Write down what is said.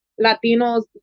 latinos